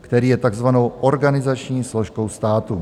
který je takzvanou organizační složkou státu.